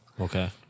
Okay